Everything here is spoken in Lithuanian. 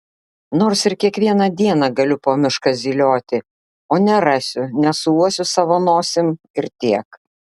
nors ir kiekvieną dieną galiu po mišką zylioti o nerasiu nesuuosiu savo nosim ir tiek